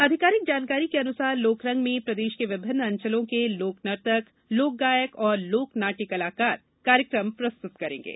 आधिकारिक जानकारी के अनुसार लोकरंग में प्रदेश के विभिन्न अंचलों के लोक नर्तक लोक गायक और लोक नाट्य कलाकार कार्यक्रम प्रस्तुत करेंगे